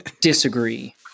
disagree